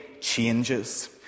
changes